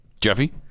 Jeffy